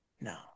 No